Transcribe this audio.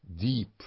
deep